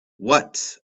what